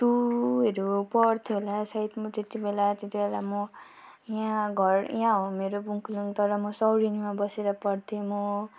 टूहरू पढ्थेँ होला सायद म त्यति बेला त्यति बेला म यहाँ घर यहाँ हो मेरो बुङकुलुङ तर म सौरेनीमा बसेर पढ्थेँ म